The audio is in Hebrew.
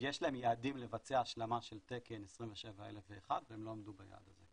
לכם יעדים לבצע השלמה של תקן 27001 והם לא עמדו ביעד הזה,